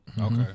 Okay